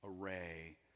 array